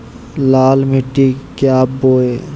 लाल मिट्टी क्या बोए?